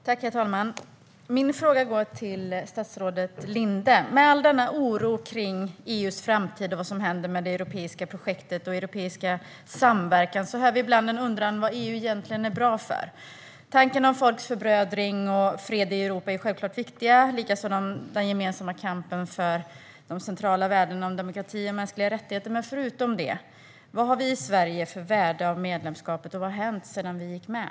Herr talman! Min fråga går till statsrådet Linde. I och med all oro över EU:s framtid och vad som händer med det europeiska projektet och europeisk samverkan hör vi ibland en undran om vad EU egentligen är bra för. Tanken om folks förbrödring och fred i Europa är självklart viktig liksom den gemensamma kampen för de centrala värdena om demokrati och mänskliga rättigheter. Men förutom detta: Vilket värde har vi i Sverige av medlemskapet, och vad har hänt sedan vi gick med?